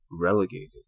relegated